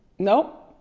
no,